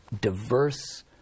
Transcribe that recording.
diverse